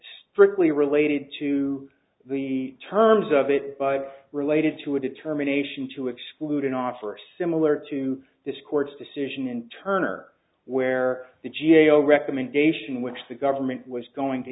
strictly related to the terms of it but related to a determination to exclude and offer a similar to this court's decision in turn or where the g a o recommendation which the government was going to